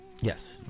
Yes